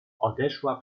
odeszła